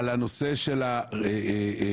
על הנושא של הריבית.